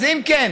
אז אם כן,